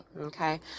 okay